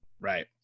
Right